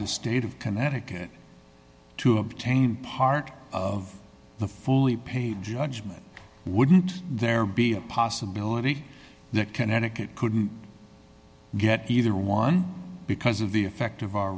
the state of connecticut to obtain part of the fully paid judgment wouldn't there be a possibility that connecticut couldn't get either one because of the effect of our